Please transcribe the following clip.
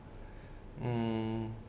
mm